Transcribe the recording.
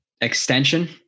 extension